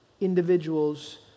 individuals